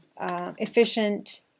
efficient